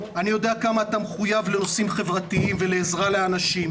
אני יודע עד כמה אתה מחויב לנושאים חברתיים ולעזרה לאנשים.